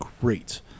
great